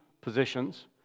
positions